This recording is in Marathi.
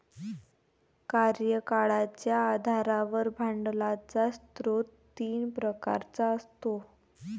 कार्यकाळाच्या आधारावर भांडवलाचा स्रोत तीन प्रकारचा असतो